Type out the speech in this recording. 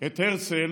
את הרצל